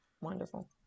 wonderful